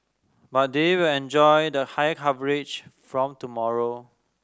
but they will enjoy the higher coverage from tomorrow